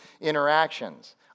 interactions